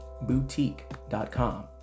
boutique.com